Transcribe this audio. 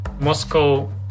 Moscow